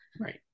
right